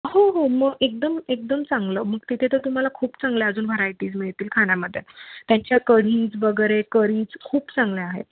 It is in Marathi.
हो हो म एकदम एकदम चांगलं मग तिथे तर तुम्हाला खूप चांगल्या अजून व्हरायटीज मिळतील खाण्यामध्ये त्यांच्या करीज वगरे करीज खूप चांगल्या आहेत